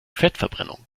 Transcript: fettverbrennung